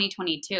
2022